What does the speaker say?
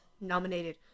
Nominated